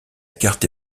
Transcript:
carte